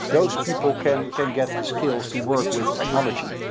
those people can can get the skills to work with technology.